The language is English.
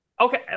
okay